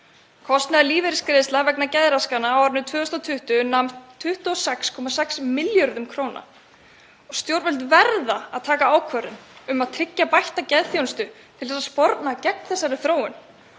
Kostnaður við lífeyrisgreiðslur vegna geðraskana á árinu 2020 nam 26,6 milljörðum kr. Stjórnvöld verða að taka ákvörðun um að tryggja bætta geðþjónustu til að sporna gegn þessari þróun.